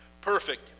perfect